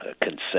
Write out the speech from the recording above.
consent